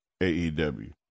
aew